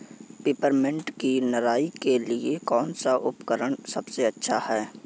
Peppermint की निराई के लिए कौन सा उपकरण सबसे अच्छा है?